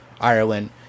Ireland